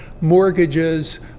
mortgages